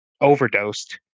overdosed